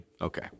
Okay